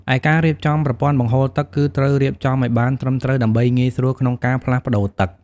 ឯការរៀបចំប្រព័ន្ធបង្ហូរទឹក គឺត្រូវរៀបចំឲ្យបានត្រឹមត្រូវដើម្បីងាយស្រួលក្នុងការផ្លាស់ប្ដូរទឹក។